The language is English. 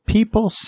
People